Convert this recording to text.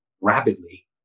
rapidly